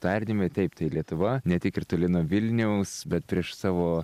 tardymai taip tai lietuva ne tiek ir toli nuo vilniaus bet prieš savo